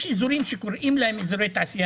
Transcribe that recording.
יש אזורים שקוראים להם אזורי תעשייה,